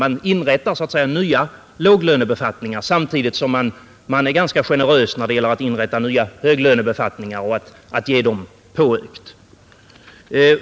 Man inrättar nya låglönebefattningar samtidigt som man är ganska generös när det gäller att inrätta nya höglönebefattningar och ge de högavlönade påökt.